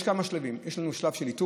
ישנם כמה שלבים: יש שלב של איתור,